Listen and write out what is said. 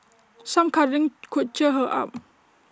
some cuddling could cheer her up